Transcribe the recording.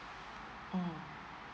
um